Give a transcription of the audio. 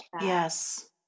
yes